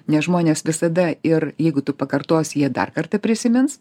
nes žmonės visada ir jeigu tu pakartosi jie dar kartą prisimins